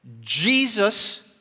Jesus